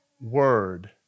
word